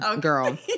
girl